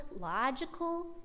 logical